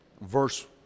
verse